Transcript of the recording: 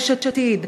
יש עתיד,